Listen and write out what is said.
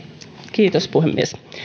kiitos puhemies